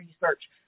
research